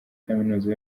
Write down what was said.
kaminuza